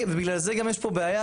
בגלל זה גם יש פה בעיה,